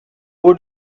would